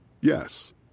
Yes